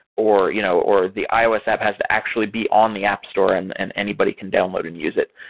or you know or the ios app has to actually be on the app store and and anybody can download and use it.